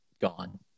gone